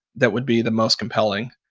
that would be the most compelling,